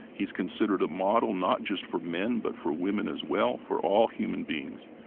he's considered a model, not just for men but for women as well, for all human beings.